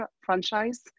franchise